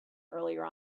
earlier